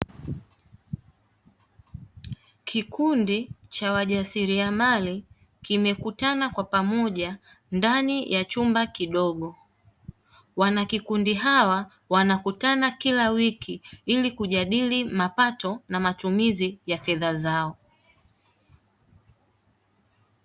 Kikundi cha wajasiriamali kimekutana kwa pamoja ndani ya chumba kidogo, wanakikundi hawa wanakutana kila wiki ili kujadili mapato na matumizi ya fedha zao.